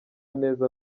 neza